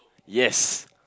yes